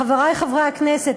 חברי חברי הכנסת,